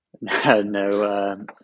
No